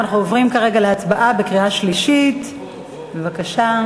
ואנחנו עוברים כרגע להצבעה בקריאה שלישית, בבקשה.